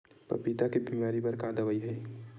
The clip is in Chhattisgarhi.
पपीता के बीमारी बर दवाई का हे?